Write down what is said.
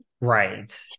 Right